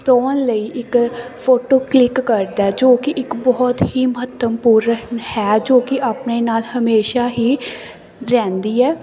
ਪਰੋਣ ਲਈ ਇੱਕ photo click ਕਰਦਾ ਜੋ ਕਿ ਇੱਕ ਬਹੁਤ ਹੀ ਮਹੱਤਵਪੂਰਨ ਹੈ ਜੋ ਕਿ ਆਪਣੇ ਨਾਲ ਹਮੇਸ਼ਾ ਹੀ ਰਹਿੰਦੀ ਹੈ